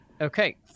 Okay